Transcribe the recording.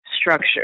structure